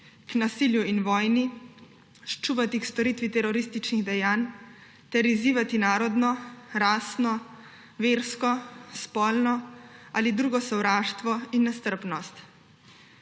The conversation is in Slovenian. k nasilju in vojni, ščuvati k storitvi terorističnih dejanj ter izzivati narodno, rasno, versko, spolno ali drugo sovraštvo in nestrpnost.